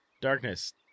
darkness